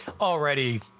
Already